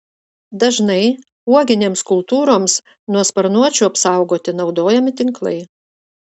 dažnai uoginėms kultūroms nuo sparnuočių apsaugoti naudojami tinklai